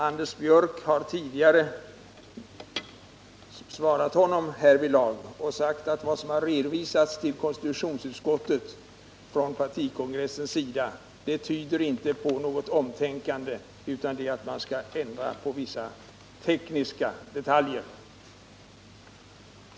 Anders Björck har tidigare svarat honom härvidlag och sagt att vad som har redovisats till konstitutionsutskottet från partikongressens sida inte tyder på något omtänkande hos socialdemokraterna utan bara på att man skall överväga att ändra på vissa tekniska detaljer.